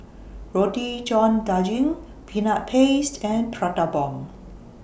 Roti John Daging Peanut Paste and Prata Bomb